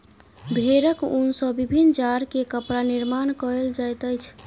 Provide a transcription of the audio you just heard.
भेड़क ऊन सॅ विभिन्न जाड़ के कपड़ा निर्माण कयल जाइत अछि